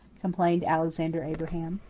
complained alexander abraham.